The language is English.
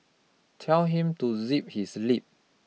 tell him to zip his lip